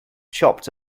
chopped